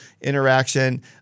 interaction